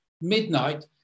midnight